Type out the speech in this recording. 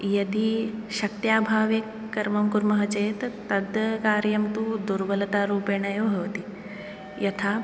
यदि शक्त्यभावे कर्मं कुर्मः चेत् तद्कार्यं तु दुर्बलतारूपेण एव भवति यथा